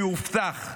שהובטח,